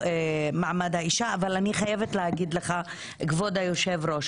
מעמד האישה אבל אני חייבת לומר לך כבוד היושב ראש